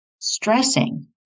Stressing